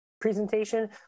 presentation